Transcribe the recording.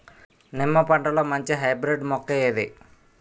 నిమ్మ పంటలో మంచి హైబ్రిడ్ మొక్క ఏది?